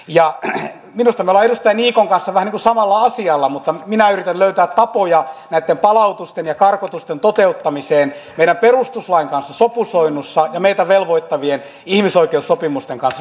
ja minusta me olemme edustaja niikon kanssa vähän niin kuin samalla asialla mutta minä yritän löytää tapoja näitten palautusten ja karkotusten toteuttamiseen meidän perustuslain kanssa sopusoinnussa ja meitä velvoittavien ihmisoikeussopimusten kanssa sopusoinnussa